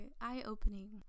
eye-opening